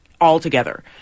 altogether